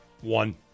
One